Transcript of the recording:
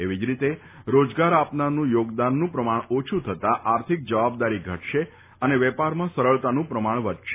એવી જ રીતે રોજગાર આપનારનું યોગદાનનું પ્રમાણ ઓછુ થતાં આર્થિક જવાબદારી ઘટશે અને વેપારમાં સરળતાનું પ્રમાણ વધશે